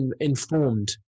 informed